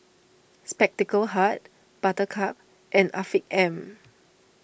Spectacle Hut Buttercup and Afiq M